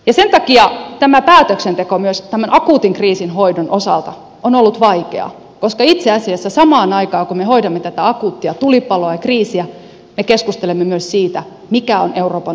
sen takia tämä päätöksenteko myös tämän akuutin kriisin hoidon osalta on ollut vaikeaa koska itse asiassa samaan aikaan kun me hoidamme tätä akuuttia tulipaloa ja kriisiä me keskustelemme myös siitä mikä on euroopan unionin tulevaisuus